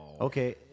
okay